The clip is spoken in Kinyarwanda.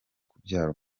kubyara